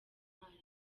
mwarimu